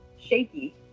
shaky